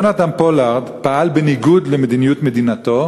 יהונתן פולארד פעל בניגוד למדיניות מדינתו,